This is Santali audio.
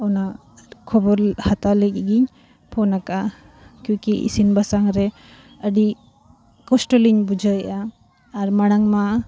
ᱚᱱᱟ ᱠᱷᱚᱵᱚᱨ ᱦᱟᱛᱟᱣ ᱞᱟᱹᱜᱤᱫ ᱜᱤᱧ ᱯᱷᱳᱱ ᱟᱠᱟᱫᱼᱟ ᱠᱤᱭᱩ ᱤᱥᱤᱱ ᱵᱟᱥᱟᱝ ᱨᱮ ᱟᱹᱰᱤ ᱠᱚᱥᱴᱚ ᱞᱤᱧ ᱵᱩᱡᱷᱟᱹᱣᱮᱫᱼᱟ ᱟᱨ ᱢᱟᱲᱟᱝ ᱢᱟ